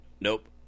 nope